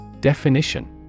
Definition